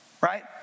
right